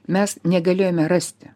mes negalėjome rasti